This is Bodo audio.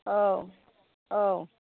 औ औ